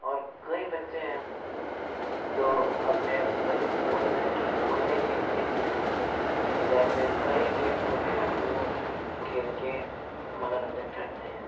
और कई बच्चे जो अपने जैसे फोन में फोन में गेम्स खेलते हैं जैसे कई गेम्स होते हैं जो खेल के मनोरंजन करते हैं